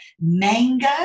mango